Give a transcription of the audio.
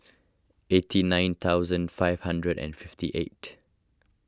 eighty nine thousand five hundred and fifty eight